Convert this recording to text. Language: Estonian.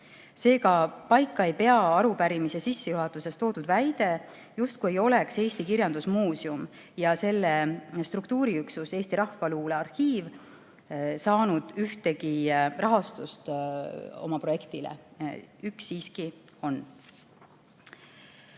Seega ei pea paika arupärimise sissejuhatuses toodud väide, et Eesti Kirjandusmuuseum ja selle struktuuriüksus Eesti Rahvaluule Arhiiv ei ole saanud ühtegi rahastust oma projektile. Üks siiski on.